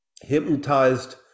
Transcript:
hypnotized